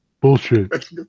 Bullshit